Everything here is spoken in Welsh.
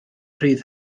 rhydd